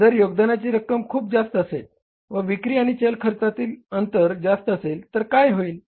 जर योगदानाची रक्कम खूप जास्त असेल व विक्री आणि चल खर्चातील अंतर जास्त असेल तर काय होईल